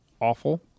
awful